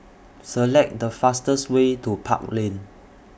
Select The fastest Way to Park Lane